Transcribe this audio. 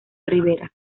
ribera